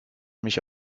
mich